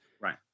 Right